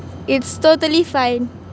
it's totally fine